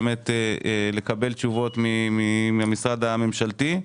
כדי לקבל תשובות מהמשרד הממשלתי.